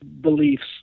beliefs